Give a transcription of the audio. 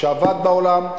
שעבד בעולם.